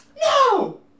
No